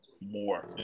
more